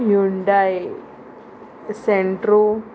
Hyundai Santro